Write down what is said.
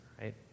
right